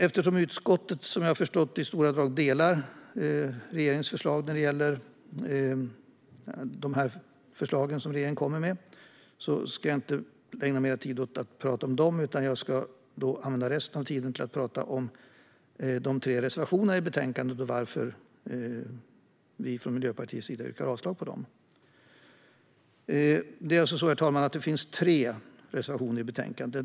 Eftersom utskottet, som jag förstått, i stora drag är enigt om regeringens förslag ska jag inte ägna mer tid åt att tala om dessa, utan jag ska använda resten av talartiden till att tala om de tre reservationerna i betänkandet och varför vi från Miljöpartiets sida yrkar avslag på dem. Herr talman! Det finns alltså tre reservationer i betänkandet.